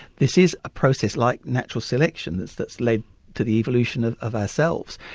this is a process like natural selection that's that's led to the evolution of of ourselves,